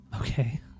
Okay